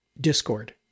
Discord